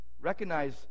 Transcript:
recognize